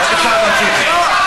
בבקשה, תמשיכי.